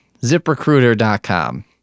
ZipRecruiter.com